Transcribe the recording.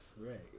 right